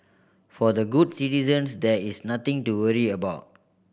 for the good citizens there is nothing to worry about